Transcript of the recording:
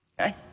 okay